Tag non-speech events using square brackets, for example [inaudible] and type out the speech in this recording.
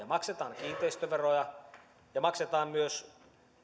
[unintelligible] maksetaan kiinteistöveroja ja maksetaan myös